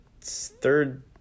third